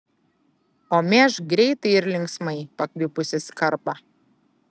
o mėžk greitai ir linksmai pakvipusį skarbą